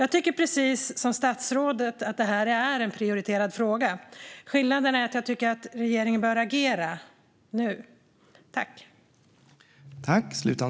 Jag tycker, precis som statsrådet, att detta är en prioriterad fråga. Skillnaden är att jag tycker att regeringen bör agera nu.